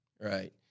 Right